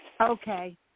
Okay